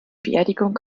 beerdigung